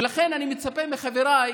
ולכן אני מצפה מחבריי